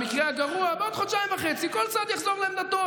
במקרה הגרוע בעוד חודשיים וחצי כל צד יחזור לעמדתו,